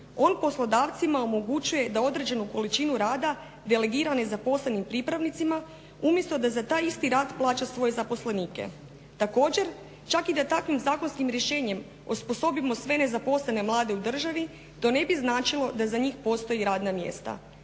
On poslodavcima omogućuje da određenu količinu rada delegira nezaposlenim pripravnicima umjesto da za taj isti rad plaća svoje zaposlenike. Također, čak i da takvim zakonskim rješenjem osposobimo sve nezaposlene mlade u državi to ne bi značilo da za njih postoje radna mjesta.